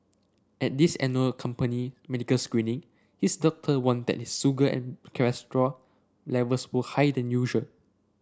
at this annual company medical screening his doctor warned that his sugar and cholesterol levels were high than usual